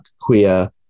queer